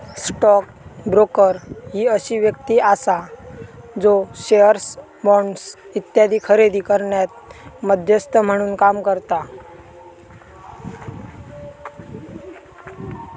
stock broker ही अशी व्यक्ती आसा जी शेअर्स, बॉण्ड्स इत्यादी खरेदी करण्यात मध्यस्थ म्हणून काम करता